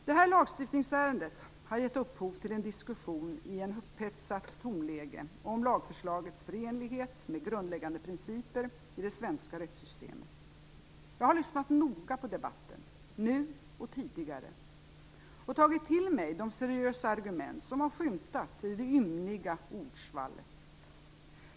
Det här lagstiftningsärendet har gett upphov till en diskussion i ett upphetsat tonläge om lagförslagets förenlighet med grundläggande principer i det svenska rättssystemet. Jag har lyssnat noga på debatten, nu och tidigare, och tagit till mig de seriösa argument som har skymtat i det ymniga ordsvallet.